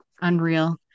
unreal